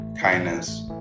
Kindness